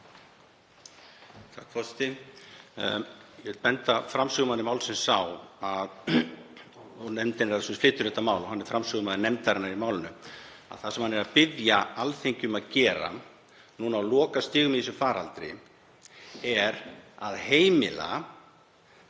Forseti. Ég vil benda framsögumanni málsins á — nefndin flytur þetta mál og hann er framsögumaður nefndarinnar í málinu — að það sem hann er að biðja Alþingi um að gera núna á lokastigum í þessum faraldri er að heimila